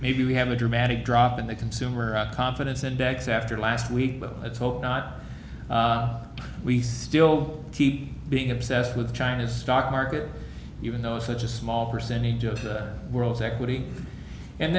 maybe we have a dramatic drop in the consumer confidence index after last week but let's hope not we still keep being obsessed with china's dach market you know such a small percentage of the world's equity and